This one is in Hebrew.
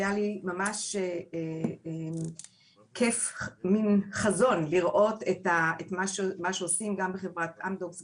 היה לי ממש כייף חזון לראות את מה שעושים גם בחברת אמדוקס,